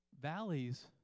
Valleys